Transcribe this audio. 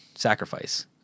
Sacrifice